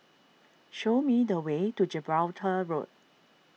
show me the way to Gibraltar Road